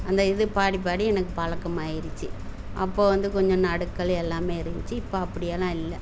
அந்த இது பாடி பாடி எனக்கு பழக்கமாயிடுச்சி அப்போது வந்து கொஞ்ச நடுக்கம் எல்லாமே இருந்துச்சு இப்போ அப்படியெல்லான் இல்லை